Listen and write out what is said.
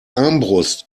armbrust